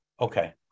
Okay